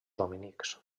dominics